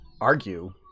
argue